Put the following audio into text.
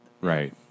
Right